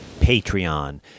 Patreon